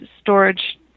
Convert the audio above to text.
storage